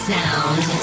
Sound